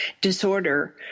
disorder